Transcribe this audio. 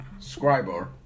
Scriber